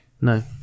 No